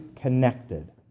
connected